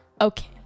Okay